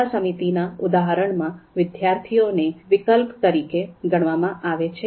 શાળા સમિતિ ના ઉદાહરણમાં વિદ્યાર્થીઓ ને વિકલ્પ તરીકે ગણવામાં આવે છે